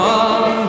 on